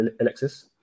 Alexis